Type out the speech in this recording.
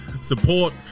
support